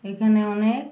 এখানে অনেক